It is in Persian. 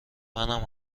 منم